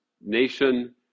nation